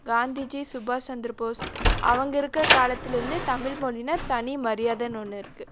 காந்திஜி சுபாஷ் சந்திர போஸ் அவங்க இருக்கிற காலத்தில் இருந்தே தமிழ்மொழின்னா தனி மரியாதைன்னு ஒன்று இருக்குது